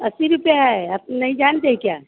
अस्सी रुपये है आप नहीं जानते है क्या